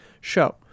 show